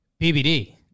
BBD